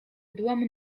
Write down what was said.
byłam